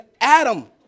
Adam